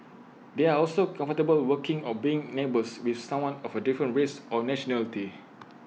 they are also comfortable working or being neighbours with someone of A different race or nationality